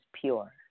pure